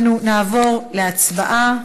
אנחנו נעבור להצבעה.